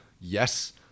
Yes